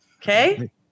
Okay